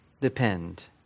depend